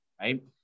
right